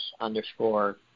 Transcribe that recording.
underscore